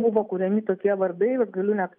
buvo kuriami tokie vardai vat galiu net